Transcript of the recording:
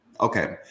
Okay